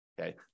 Okay